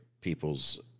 people's